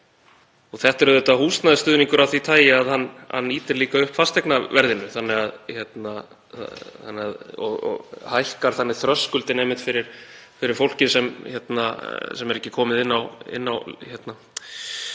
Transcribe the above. Þetta er auðvitað húsnæðisstuðningur af því tagi að hann ýtir líka upp fasteignaverðinu og hækkar þannig þröskuldinn fyrir fólkið sem er ekki komið inn á